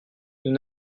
nous